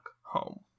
home